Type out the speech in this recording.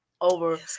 over